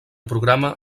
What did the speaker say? programa